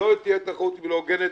שלא תהיה תחרות לא הוגנת,